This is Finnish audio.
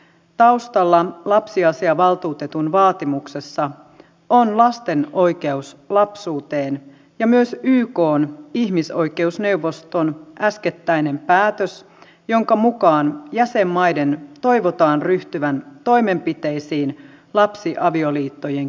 taustalla lapsiasiavaltuutetun vaatimuksessa on lasten oikeus lapsuuteen ja myös ykn ihmisoikeusneuvoston äskettäinen päätös jonka mukaan jäsenmaiden toivotaan ryhtyvän toimenpiteisiin lapsiavioliittojen kieltämiseksi